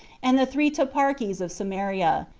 and the three toparchies of samaria,